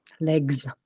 legs